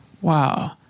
Wow